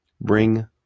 bring